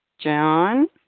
John